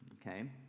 Okay